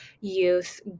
youth